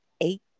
eight